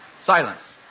Silence